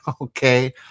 okay